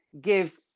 give